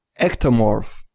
ectomorph